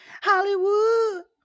Hollywood